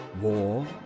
War